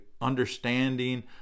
understanding